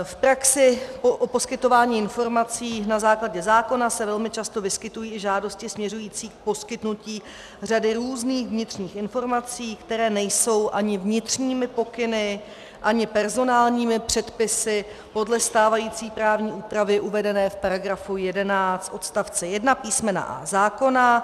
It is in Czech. V praxi o poskytování informací na základě zákona se velmi často vyskytují i žádosti směřující k poskytnutí řady různých vnitřních informací, které nejsou ani vnitřními pokyny, ani personálními předpisy podle stávající právní úpravy uvedené v § 11 odst. 1 písm. a) zákona.